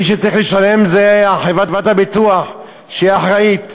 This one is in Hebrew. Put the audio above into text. מי שצריך לשלם זה חברת הביטוח, שהיא האחראית,